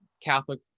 Catholic